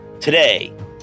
Today